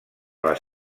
les